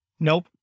nope